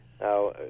Now